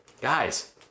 guys